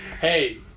Hey